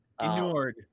ignored